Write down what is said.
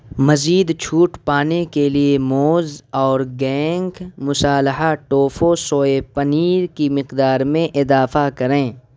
مزید چھوٹ پانے کے لیے موز اورگینک مصالحہ ٹوفو سوئے پنیر کی مقدار میں اضافہ کریں